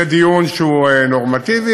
זה דיון שהוא נורמטיבי,